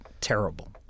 terrible